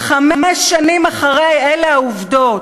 חמש שנים אחרי, אלה העובדות: